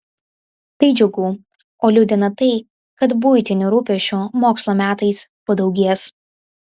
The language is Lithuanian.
tai džiugu o liūdina tai kad buitinių rūpesčių mokslo metais padaugės